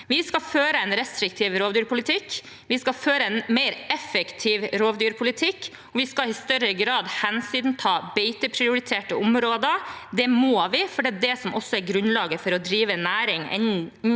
Vi skal føre en restriktiv rovdyrpolitikk, vi skal føre en mer effektiv rovdyrpolitikk, og vi skal i større grad hensynta beiteprioriterte områder. Det må vi, for det er det som er grunnlaget for å drive næring, enten